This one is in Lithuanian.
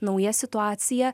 nauja situacija